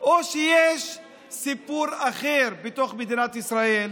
או שיש סיפור אחר בתוך מדינת ישראל?